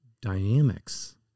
dynamics